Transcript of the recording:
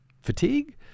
Fatigue